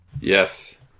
Yes